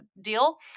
deal